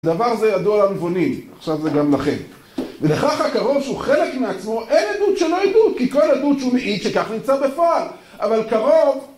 דבר זה ידוע לנבונים, עכשיו זה גם לכם ולכך הקרוב שהוא חלק מעצמו, אין עדות שלא עדות כי כל עדות שהוא מעיד שכך נמצא בפועל אבל קרוב